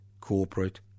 corporate